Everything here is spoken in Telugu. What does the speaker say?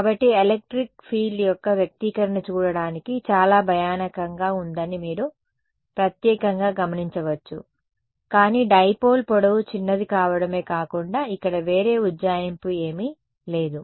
కాబట్టి ఎలక్ట్రిక్ ఫీల్డ్ యొక్క వ్యక్తీకరణ చూడటానికి చాలా భయానకంగా ఉందని మీరు ప్రత్యేకంగా గమనించవచ్చు కానీ డైపోల్ పొడవు చిన్నది కావడమే కాకుండా ఇక్కడ వేరే ఉజ్జాయింపు ఏమీ లేదు